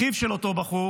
אחיו של אותו בחור